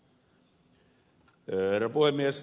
herra puhemies